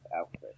outfit